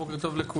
בוקר טוב לכולם,